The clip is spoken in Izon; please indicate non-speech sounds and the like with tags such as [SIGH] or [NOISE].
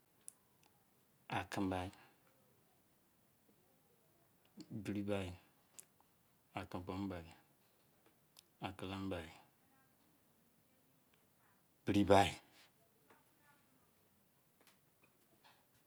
Aki bai biri bai [UNINTELLIGIBLE] akere bai biri bai.